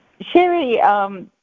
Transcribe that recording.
Sherry